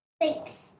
Thanks